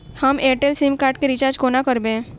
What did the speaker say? हम Airtel SIM card केँ recharge कोना करबै?